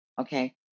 Okay